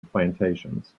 plantations